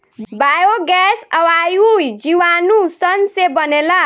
biogas अवायवीय जीवाणु सन से बनेला